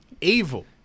evil